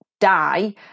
die